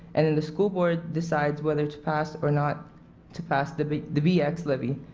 and and the school board decides whether to pass or not to pass the but the bex levy.